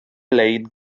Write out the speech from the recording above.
lein